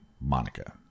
Monica